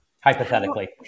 Hypothetically